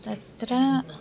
तत्र